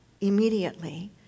immediately